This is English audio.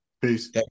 Peace